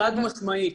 חד משמעית.